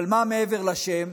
אבל מה מעבר לשם?